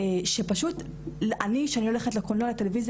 שפשוט אני כשאני הולכת לקולנוע ולטלויזיה